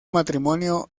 matrimonio